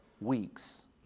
weeks